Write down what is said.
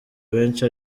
benshi